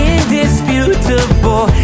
Indisputable